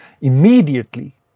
immediately